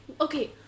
Okay